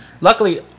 luckily